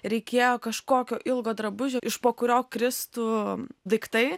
reikėjo kažkokio ilgo drabužio iš po kurio kristų daiktai